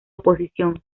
oposición